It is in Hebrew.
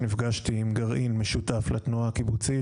נפגשתי עם גרעין משותף לתנועה הקיבוצית,